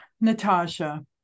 Natasha